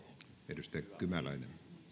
edustaja kymäläinen